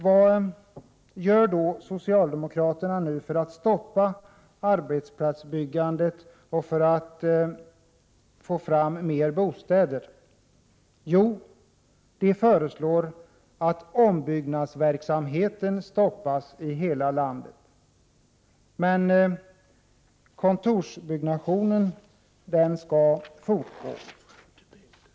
Vad gör då socialdemokraterna för att stoppa arbetsplatsbyggandet och för att få fram fler bostäder? Jo, de föreslår att ombyggnadsverksämheten skall stoppas i hela landet. Kontorsutbyggandet skall få fortsätta.